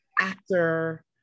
actor